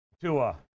Tua